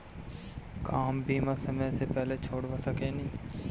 का हम बीमा समय से पहले छोड़वा सकेनी?